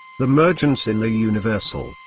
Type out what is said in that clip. the mergence in the universal,